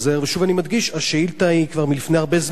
שוב, אני מדגיש שהשאילתא היא כבר מלפני הרבה זמן.